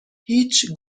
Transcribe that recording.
هیچ